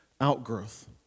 outgrowth